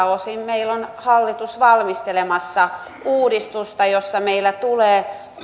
osin meillä on hallitus valmistelemassa uudistusta jossa meillä tulee